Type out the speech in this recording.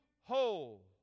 whole